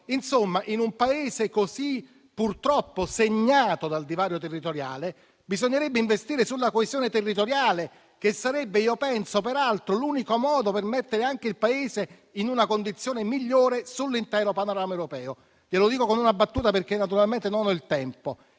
ciclo. In un Paese purtroppo così segnato dal divario territoriale bisognerebbe investire sulla coesione territoriale, che penso sarebbe peraltro l'unico modo per mettere il Paese in una condizione migliore sull'intero panorama europeo. Lo dico con una battuta perché non ho il tempo: